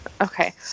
Okay